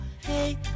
hey